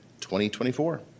2024